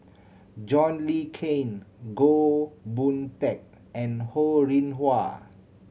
John Le Cain Goh Boon Teck and Ho Rih Hwa